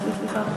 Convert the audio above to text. סליחה.